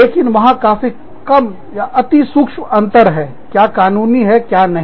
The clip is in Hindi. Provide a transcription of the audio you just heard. लेकिन वहां काफी कम अतिसूक्ष्म अंतर हैक्या कानूनी है क्या नहीं